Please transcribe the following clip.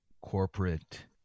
corporate